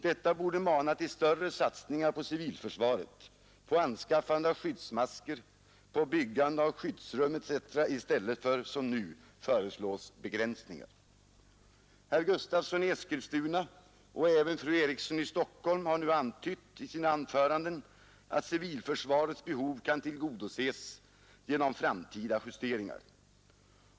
Detta borde mana till större satsningar på civilförsvaret, på anskaffande av skyddsmasker, på byggande av skyddsrum etc. i stället för, som nu föreslås, begränsningar. Herr Gustavsson i Eskilstuna och även fru Eriksson i Stockholm har antytt i sina anföranden att civilförsvarets behov kan tillgodoses genom framtida justeringar.